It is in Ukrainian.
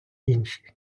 інші